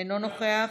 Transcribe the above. אינו נוכח,